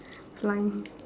flying